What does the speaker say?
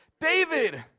David